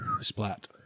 Splat